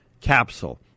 capsule